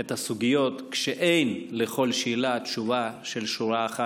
הסוגיות כשאין לכל שאלה תשובה של שורה אחת,